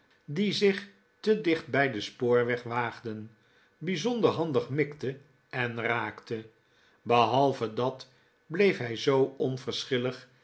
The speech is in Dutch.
die zich te dicht bij den spoorweg waagden bijzonder handig mikte en raakte behalve dat bleef hij zoo